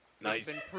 Nice